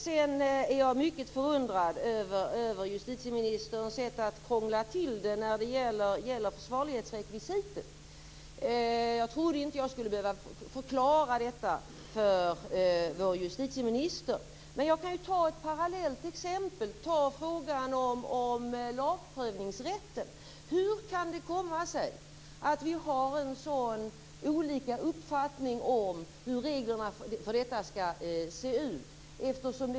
Jag är mycket förundrad över justitieministerns sätt att krångla till det när det gäller försvarlighetsrekvisitet. Jag trodde inte att jag skulle behöva förklara detta för vår justitieminister. Jag kan ta ett parallellt exempel - frågan om lagprövningsrätten. Hur kan det komma sig att vi har så olika uppfattningar om hur reglerna för detta skall se ut?